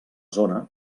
zona